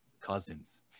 Cousins